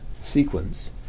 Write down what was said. sequence